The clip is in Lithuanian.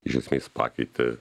iš esmės pakeitė